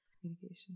communication